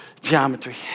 geometry